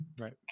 Right